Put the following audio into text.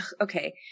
okay